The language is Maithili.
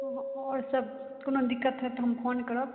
आओर सब कोनो दिक्कत होयत तऽ हम फोन करब